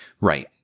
Right